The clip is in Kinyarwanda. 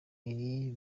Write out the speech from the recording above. iri